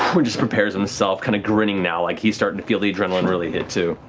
just prepares himself, kind of grinning now, like he's starting to feel the adrenaline really hit, too.